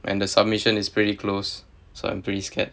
and the submission is pretty close so I'm pretty scared